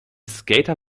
skater